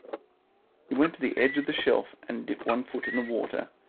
he went to the edge of the shelf and dipped one foot in the water,